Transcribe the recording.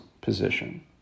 position